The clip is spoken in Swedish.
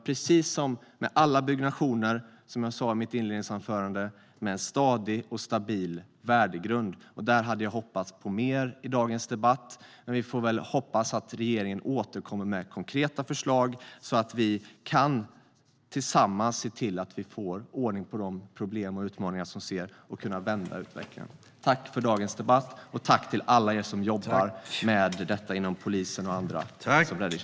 Precis som med alla byggnationer, som jag sa i mitt inledningsanförande, byggs Sverige starkt med en stadig och stabil värdegrund. Jag hade hoppats på mer i dagens debatt, men vi får hoppas att regeringen återkommer med konkreta förslag så att vi tillsammans kan se till att få ordning på de problem och utmaningar som vi ser så att vi kan vända utvecklingen. Tack för dagens debatt och tack till alla er som jobbar med detta: polis, ambulans och räddningstjänst.